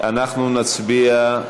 אנחנו נצביע,